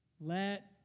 let